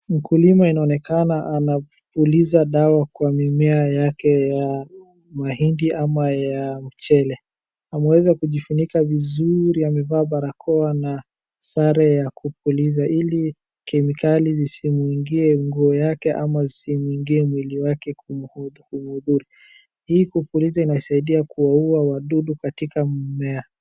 Mkulima inaonekana anapuliza dawa kwa mimea yake ya mahindi ama ya mchele. Ameweza kujifunika vizuri, amevaa barakoa na sare ya kupuliza ili kemikali zisimuingie nguo yake ama zisimuingie mwili wake kumdhuru. Hii kupuliza inasaidia kuwaua wadudu katika mimea.